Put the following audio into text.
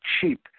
cheap